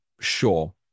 sure